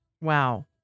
Wow